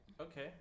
Okay